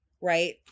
right